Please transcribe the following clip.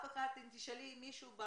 אם תשאלי מישהו,